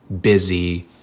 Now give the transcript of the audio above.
busy